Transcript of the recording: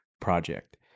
Project